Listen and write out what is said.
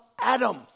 Adam